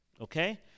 okay